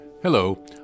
Hello